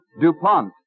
DuPont